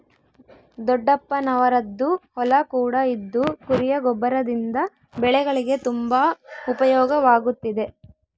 ದೊಡ್ಡಪ್ಪನವರದ್ದು ಹೊಲ ಕೂಡ ಇದ್ದು ಕುರಿಯ ಗೊಬ್ಬರದಿಂದ ಬೆಳೆಗಳಿಗೆ ತುಂಬಾ ಉಪಯೋಗವಾಗುತ್ತಿದೆ